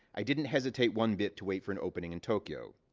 i didn't hesitate one bit to wait for an opening in tokyo.